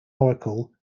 oracle